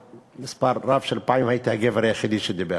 מספר רב של פעמים הייתי הגבר היחיד שדיבר.